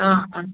ആ ആ